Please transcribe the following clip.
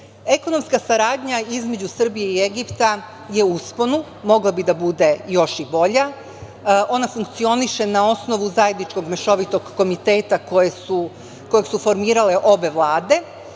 Srbije. Ekonomska saradnja između Srbije i Egipta je u usponu. Mogla bi da bude još i bolja. Ona funkcioniše na osnovu Zajedničkog mešovitog komiteta koji su formirale obe vlade.